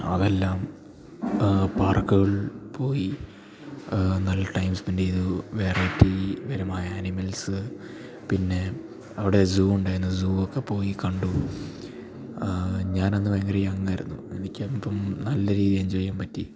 അതെല്ലാം പാർക്കുകളിൽ പോയി നല്ല ടൈം സ്പെൻഡ് ചെയ്തു വെറൈറ്റി പരമായ അനിമൽസ് പിന്നെ അവിടെ സൂ ഉണ്ടായിരുന്നു സൂ ഒക്കെ പോയി കണ്ടു ഞാനന്ന് ഭയങ്കര യങ്ങായിരുന്നു എനിക്കകപ്പം നല്ല രീതി എഞ്ചോയ് ചെയ്യാൻ പറ്റി